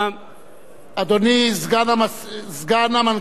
אדוני סגן המנכ"ל של הכנסת,